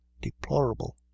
deplorable